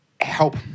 help